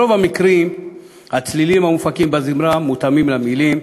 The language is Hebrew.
ברוב המקרים הצלילים המופקים בזמרה מותאמים למילים,